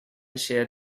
share